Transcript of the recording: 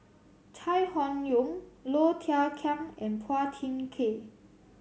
Chai Hon Yoong Low Thia Khiang and Phua Thin Kiay